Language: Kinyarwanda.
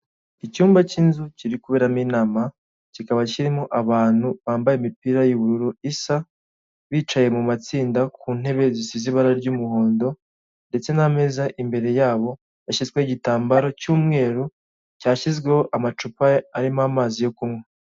Icyumba cy'inzu kiri kuberamo inama, kikaba kirimo abantu bambaye imipira y'ubururu isa, bicaye mu matsinda ku ntebe zisize ibara ry'umuhondo ndetse n'ameza imbere yabo yashyizweho igitambaro cy'umweru, cyashyizweho amacupa arimo amazi yo kunywa.